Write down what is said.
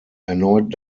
erneut